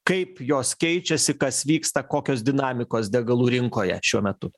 kaip jos keičiasi kas vyksta kokios dinamikos degalų rinkoje šiuo metu